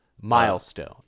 Milestone